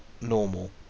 normal